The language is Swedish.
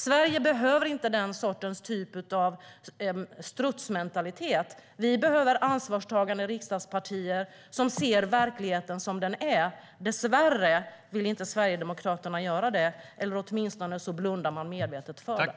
Sverige behöver inte den sortens strutsmentalitet. Vi behöver ansvarstagande riksdagspartier som ser verkligheten som den är. Dessvärre vill inte Sverigedemokraterna göra det, utan man blundar medvetet för den.